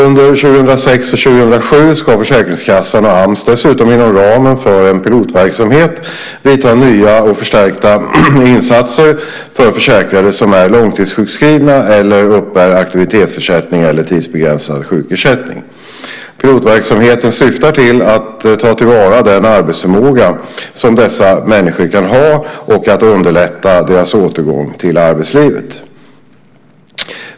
Under 2006 och 2007 ska Försäkringskassan och Ams dessutom inom ramen för en pilotverksamhet vidta nya och förstärkta insatser för försäkrade som är långtidssjukskrivna eller uppbär aktivitetsersättning eller tidsbegränsad sjukersättning. Pilotverksamheten syftar till att ta till vara den arbetsförmåga som dessa människor kan ha och att underlätta deras återgång till arbetslivet.